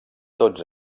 tots